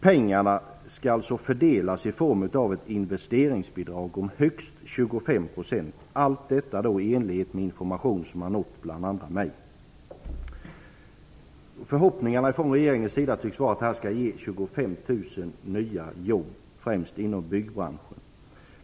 Pengarna skall fördelas i form av ett investeringsbidrag om högst 25 %; allt detta i enlighet med information som nått bl.a. mig. Förhoppningen från regeringens sida tycks vara att detta skall ge 25 000 nya jobb, främst inom byggbranschen.